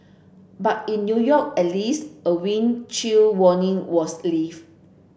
but in New York at least a wind chill warning was lifted